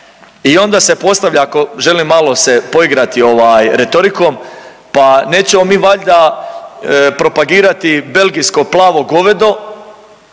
I onda se postavlja ako želim malo se poigrati ovaj retorikom, pa nećemo mi valjda propagirati belgijsko plavo govedo